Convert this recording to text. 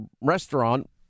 restaurant